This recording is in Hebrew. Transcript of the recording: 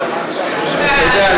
אתה יודע,